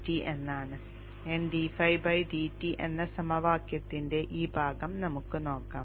N എന്ന സമവാക്യത്തിന്റെ ഈ ഭാഗം നമുക്ക് നോക്കാം